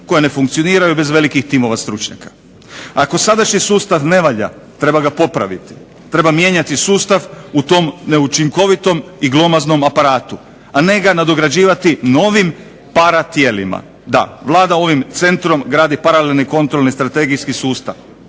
koja ne funkcioniraju bez velikih timova stručnjaka. Ako sadašnji sustav ne valja treba ga popraviti, treba mijenjati sustav u tom neučinkovitom i glomaznom aparatu, a ne ga nadograđivati novim paratijelima. Da, Vlada ovim centrom gradi paralelni kontrolni i strategijski sustav.